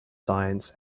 science